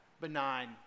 benign